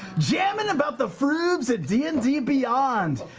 jamming about the froobs at d and d beyond.